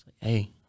Hey